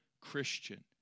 Christian